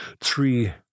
three